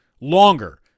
longer